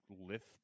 lift